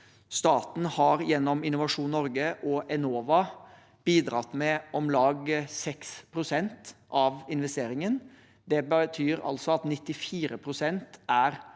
Staten har gjennom Innovasjon Norge og Enova bidratt med om lag 6 pst. av investeringen. Det betyr at 94 pst. er